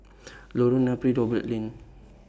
Lorong Napiri Lane